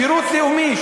שירות לאומי.